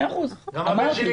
גם הבן שלי,